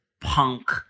punk